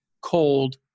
cold